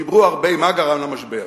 דיברו פה הרבה מה גרם למשבר.